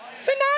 Tonight